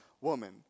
woman